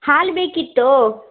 ಹಾಲು ಬೇಕಿತ್ತು